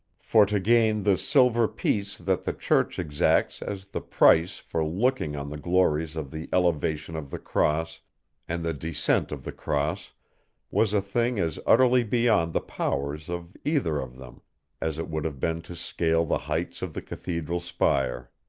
for to gain the silver piece that the church exacts as the price for looking on the glories of the elevation of the cross and the descent of the cross was a thing as utterly beyond the powers of either of them as it would have been to scale the heights of the cathedral spire.